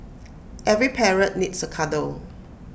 every parrot needs A cuddle